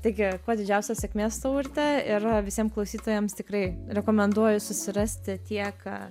taigi kuo didžiausios sėkmės tau urte ir visiem klausytojams tikrai rekomenduoju susirasti tiek